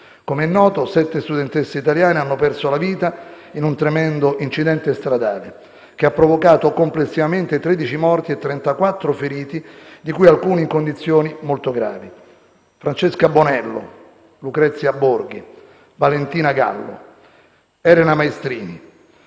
Come è noto, sette studentesse italiane hanno perso la vita in un tremendo incidente stradale che ha provocato complessivamente 13 morti e 34 feriti, di cui alcuni in condizioni molto gravi. Francesca Bonello, Lucrezia Borghi, Valentina Gallo, Elena Maestrini,